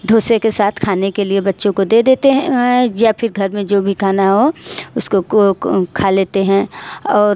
दोसे के साथ खाने के लिए बच्चों को देते हैं या फिर घर में जो भी खाना हो उसको को खा लेते हैं और